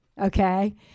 Okay